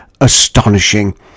astonishing